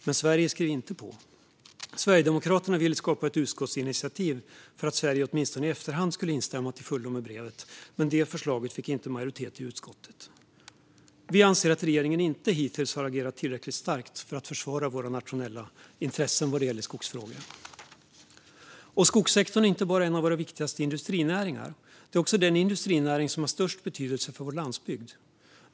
Men Sverige skrev inte på. Sverigedemokraterna ville skapa ett utskottsinitiativ för att Sverige åtminstone i efterhand skulle instämma till fullo i brevet, men detta förslag fick inte majoritet i utskottet. Vi anser att regeringen hittills inte har agerat tillräckligt starkt för att försvara våra nationella intressen vad gäller skogsfrågor. Skogssektorn är inte bara är en av våra viktigaste industrinäringar utan också den industrinäring som har störst betydelse för vår landsbygd.